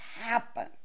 happen